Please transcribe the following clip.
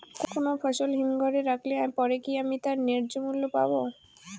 কোনো ফসল হিমঘর এ রাখলে পরে কি আমি তার ন্যায্য মূল্য পাব?